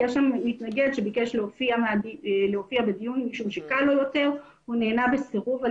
יש שם מתנגד שביקש להופיע בדיון משום שקל לו יותר והוא נענה בסירוב על